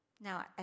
Now